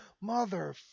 mother